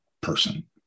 person